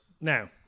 Now